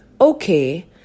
okay